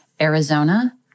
Arizona